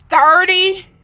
Thirty